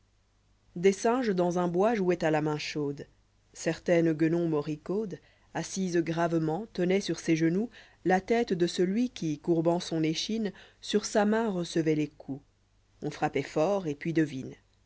singes dans un bois jouoient à la main chauds certaine guenon moricaudë assise gravement tenoit sur ses genbux la tête de celui qui courbant son échine sur sa main recevoities coups on frappoit fort et puis deviné